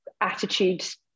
attitudes